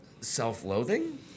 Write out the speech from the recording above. self-loathing